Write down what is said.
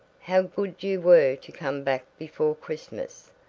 how good you were to come back before christmas!